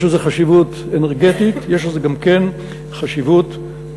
יש לזה חשיבות אנרגטית, יש לזה גם חשיבות פוליטית.